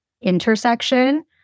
intersection